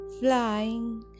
Flying